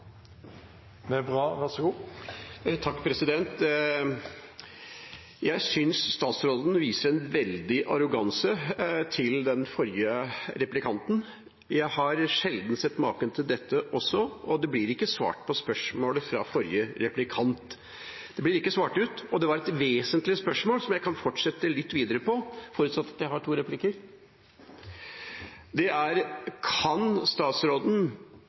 Jeg synes statsråden viser en veldig arroganse overfor den forrige replikanten. Jeg har sjelden sett maken. Det blir ikke svart på spørsmålet fra forrige replikant – det blir ikke svart ut, og det var et vesentlig spørsmål, som jeg kan fortsette litt videre på, forutsatt at jeg har to replikker. Det er: Kan statsråden